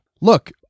Look